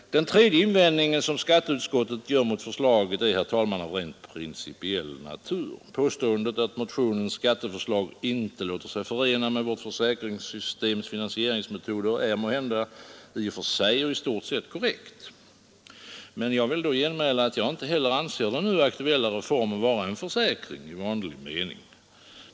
Den tredje invändningen som skatteutskottet gör mot förslaget är, herr talman, av rent principiell natur. Påståendet att motionens skatteförslag inte låter sig förena med vårt försäkringssystems finansieringsmetoder är måhända i och för sig och i stort sett korrekt. Men jag vill genmäla, att jag inte heller anser den nu aktuella reformen vara en försäkring i vanlig mening.